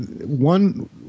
One